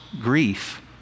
grief